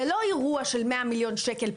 זה לא אירוע של 100 מיליון שקל,